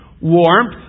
warmth